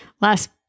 last